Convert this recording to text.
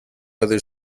other